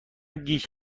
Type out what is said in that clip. گیج